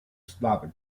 slavic